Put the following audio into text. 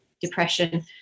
depression